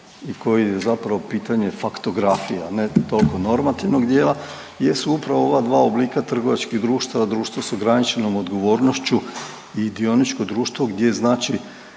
i koji je zapravo pitanje faktografija ne toliko normativnog dijela jesu upravo ova dva oblika trgovačkih društava, društvo s ograničenom odgovornošću i dioničko društvo gdje znači